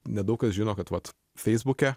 nedaug kas žino kad vat feisbuke